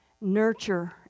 nurture